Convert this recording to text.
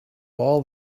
all